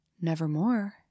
Nevermore